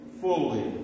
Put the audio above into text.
fully